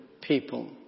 people